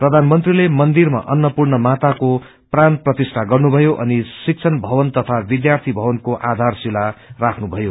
प्रधानमंत्रीले मन्दिरमा अन्नपूर्ण माताको प्राण प्रतिष्झ गर्नुभयो अनि शिक्षभवन तथा विष्यार्यी मवनको आधारशिलाा राख्नुभयो